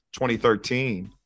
2013